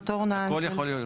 הכל יכול להיות.